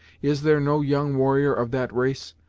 is there no young warrior of that race?